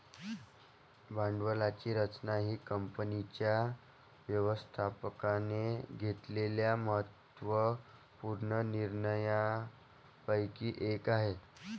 भांडवलाची रचना ही कंपनीच्या व्यवस्थापकाने घेतलेल्या महत्त्व पूर्ण निर्णयांपैकी एक आहे